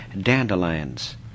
Dandelions